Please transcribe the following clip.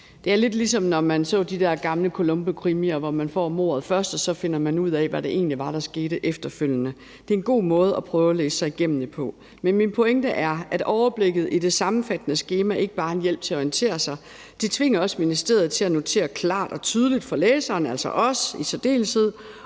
Det er lidt ligesom, når man så de der gamle Columbokrimier, hvor man får mordet først, og så finder man ud af, hvad det egentlig var, der skete, efterfølgende. Det er en god måde at prøve at læse sig igennem det på. Men min pointe er, at overblikket i det sammenfattende skema ikke bare er en hjælp til at orientere sig. Det tvinger også ministeriet til at notere klart og tydeligt for læseren, altså os i særdeleshed,